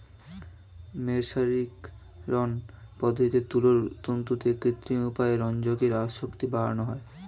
মের্সারিকরন পদ্ধতিতে তুলোর তন্তুতে কৃত্রিম উপায়ে রঞ্জকের আসক্তি বাড়ানো হয়